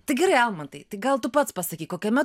tai gerai almantai tai gal tu pats pasakyk kokiame